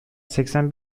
seksen